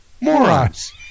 morons